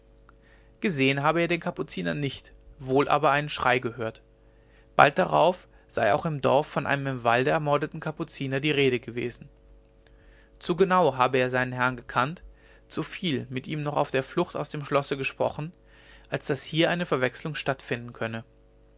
gesehen habe er den kapuziner nicht wohl aber einen schrei gehört bald darauf sei auch im dorf von einem im walde ermordeten kapuziner die rede gewesen zu genau habe er seinen herrn gekannt zu viel mit ihm noch auf der flucht aus dem schlosse gesprochen als daß hier eine verwechselung stattfinden könne